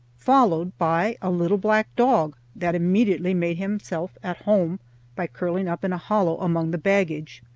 followed by a little black dog, that immediately made himself at home by curling up in a hollow among the baggage.